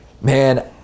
Man